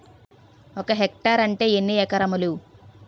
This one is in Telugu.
ఒక హెక్టార్ అంటే ఎన్ని ఏకరములు?